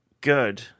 good